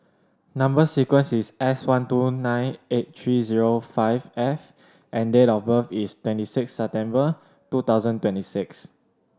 number sequence is S one two nine eight three zero five F and date of birth is twenty six September two thousand twenty six